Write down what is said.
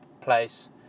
place